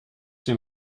den